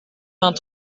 vingt